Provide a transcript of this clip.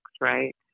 right